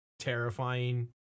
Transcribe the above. Terrifying